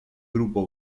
grupo